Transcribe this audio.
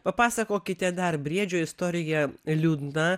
papasakokite dar briedžio istorija liūdna